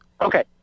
Okay